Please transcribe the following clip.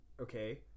okay